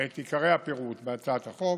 את עיקרי הפירוט בהצעת החוק,